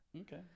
Okay